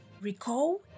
Recall